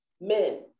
Men